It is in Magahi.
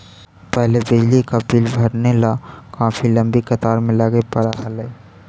पहले बिजली का बिल भरने ला काफी लंबी कतार में लगे पड़अ हलई